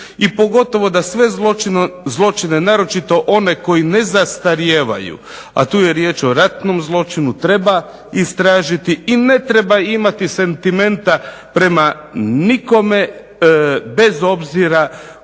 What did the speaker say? i pogotovo da sve zločine, naročito one koji ne zastarijevaju, a tu je riječ o ratnom zločinu treba istražiti i ne treba imati sentimenta prema nikome, bez obzira koju ja